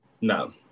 No